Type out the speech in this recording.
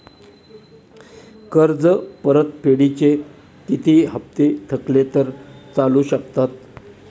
कर्ज परतफेडीचे किती हप्ते थकले तर चालू शकतात?